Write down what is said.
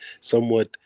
somewhat